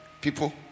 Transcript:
people